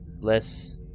less